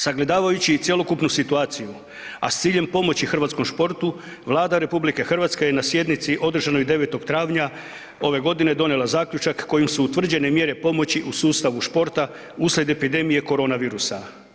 Sagledavajući i cjelokupnu situaciju, a s ciljem pomoći hrvatskom športu, Vlada RH je na sjednici održanoj 9. travnja ove godine donijela Zaključak kojim su utvrđene mjere pomoći u sustavu športa uslijed epidemije koronavirusa.